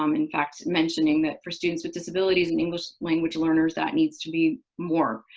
um in fact, mentioning that for students with disabilities and english language learners, that needs to be more